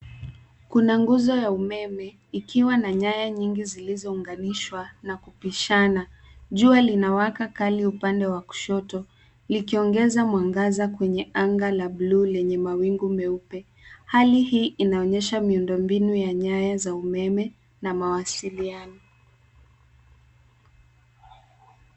Kuna nguzo ya umeme ikiwa na nyaya nyingi zilizounganishwa na kupishana. Jua linawaka kali upande wa kushoto likiongeza mwangaza kwenye anga la bluu lenye mawingu meupe. Hali hii inaonyesha miundombinu ya nyaya za umeme na mawasiliano.